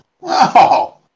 Wow